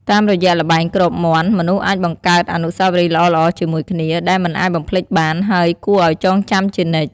តាមរយៈល្បែងគ្របមាន់ មនុស្សអាចបង្កើតអនុស្សាវរីយ៍ល្អៗជាមួយគ្នា ដែលមិនអាចបំភ្លេចបាន ហើយគួរឱ្យចងចាំជានិច្ច។